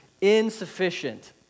Insufficient